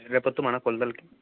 రేపు వస్తాం అన్న కొలతలకి